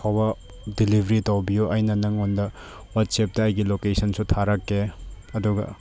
ꯐꯥꯎꯕ ꯗꯤꯂꯤꯕꯔꯤ ꯇꯧꯕꯤꯌꯣ ꯑꯩꯅ ꯅꯉꯣꯟꯗ ꯋꯥꯆꯦꯞꯇ ꯑꯩꯒꯤ ꯂꯣꯀꯦꯁꯟꯁꯨ ꯊꯥꯔꯛꯀꯦ ꯑꯗꯨꯒ